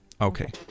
Okay